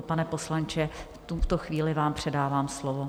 Pane poslanče, v tuto chvíli vám předávám slovo.